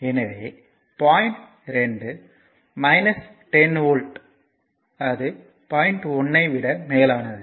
எனவே point 2 10 volt அது point 1 ஐ விட மேலானது